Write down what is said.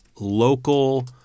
local